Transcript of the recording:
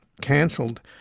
cancelled